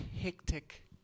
hectic